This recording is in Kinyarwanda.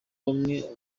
bamwe